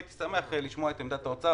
הייתי שמח לשמוע את עמדת האוצר,